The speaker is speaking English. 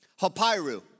Hapiru